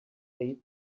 eight